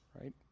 right